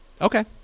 Okay